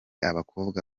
abakobwa